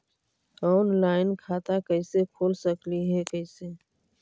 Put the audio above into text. Online खाता कैसे खोल सकली हे कैसे?